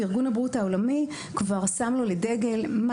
וארגון הבריאות העולמי כבר שם לו לדגל מה